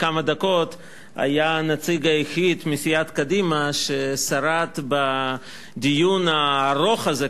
כמה דקות היה הנציג היחיד מסיעת קדימה ששרד בדיון "הארוך" הזה,